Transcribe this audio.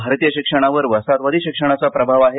भारतीय शिक्षणावर वसाहतवादी शिक्षणाचा प्रभाव आहे